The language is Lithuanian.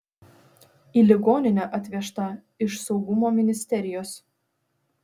į ligoninę atvežta iš saugumo ministerijos